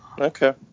Okay